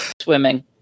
Swimming